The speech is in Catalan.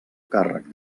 càrrec